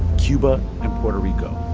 cuba and puerto rico.